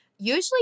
usually